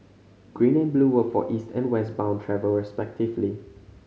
green and blue were for East and West bound travel respectively